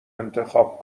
انتخاب